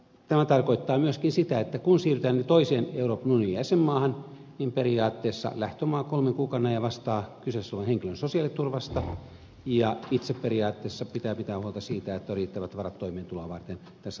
tämä tarkoittaa myöskin sitä että kun siirrytään toiseen euroopan unionin jäsenmaahan niin periaatteessa lähtömaa kolmen kuukauden ajan vastaa kyseessä olevan henkilön sosiaaliturvasta ja itse periaatteessa pitää pitää huolta siitä että on riittävät varat toimeentuloa varten tässä toisessa eu maassa